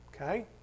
Okay